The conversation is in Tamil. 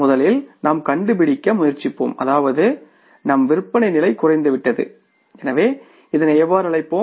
முதலில் நாம் கண்டுபிடிக்க முயற்சிப்போம் அதாவது நம் விற்பனை நிலை குறைந்துவிட்டது எனவே இதனை எவ்வாறு அழைப்போம்